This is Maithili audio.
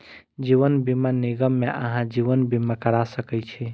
जीवन बीमा निगम मे अहाँ जीवन बीमा करा सकै छी